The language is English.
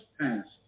passed